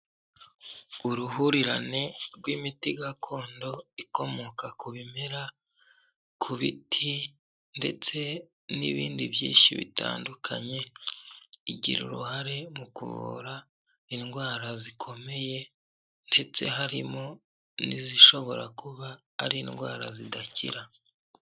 Uruhurirane rw'imiti gakondo ikomoka ku bimera ku biti ndetse n'ibindi byinshi bitandukanye igira uruhare mu ku kuvura indwara zikomeye ndetse harimo n'izishobora kuba ari indwara zidakira.